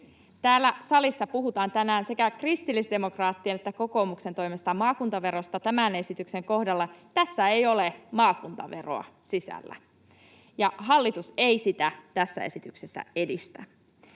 Täällä salissa puhutaan tänään sekä kristillisdemokraattien että kokoomuksen toimesta maakuntaverosta tämän esityksen kohdalla — tässä ei ole maakuntaveroa sisällä, ja hallitus ei sitä tässä esityksessä edistä.